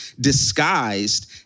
disguised